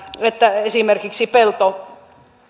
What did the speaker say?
että esimerkiksi pelto